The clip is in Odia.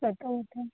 ସତ କଥା